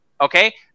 okay